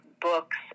books